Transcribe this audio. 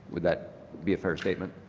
with that be a fair statement?